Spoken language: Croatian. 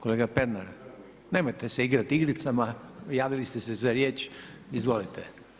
Kolega Pernar, nemojte se igrat igricama, javili ste se za riječ, izvolite.